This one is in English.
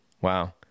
Wow